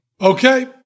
Okay